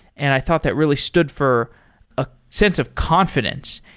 and i thought that really stood for a sense of confidence,